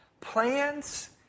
Plans